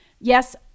Yes